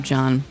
John